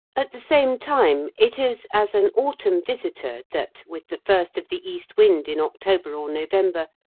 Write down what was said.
at the same time, it is as an autumn visitor that, with the first of the east wind in october or november,